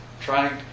trying